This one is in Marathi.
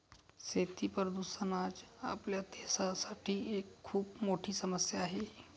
शेती प्रदूषण आज आपल्या देशासाठी एक खूप मोठी समस्या आहे